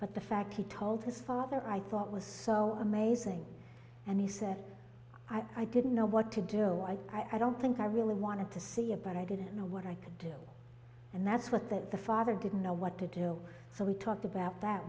but the fact he told his father i thought was so amazing and he said i didn't know what to do i i don't think i really wanted to see it but i didn't know what i could do and that's what that the father didn't know what to do so we talked about that